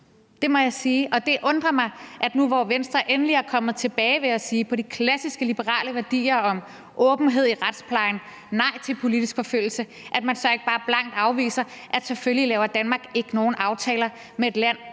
det undrer mig, at man, nu, hvor Venstre endelig er kommet tilbage, vil jeg sige, til de klassiske liberale værdier om åbenhed i retsplejen og nej til politisk forfølgelse, så ikke bare blankt afviser det og siger, at selvfølgelig laver Danmark ikke nogen aftaler med et land,